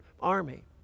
army